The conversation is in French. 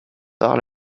par